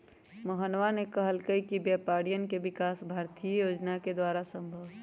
मोहनवा ने कहल कई कि व्यापारियन के विकास भारतीय योजना के द्वारा ही संभव हई